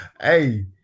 Hey